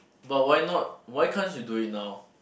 but why not why can't you do it now